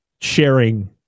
sharing